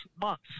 months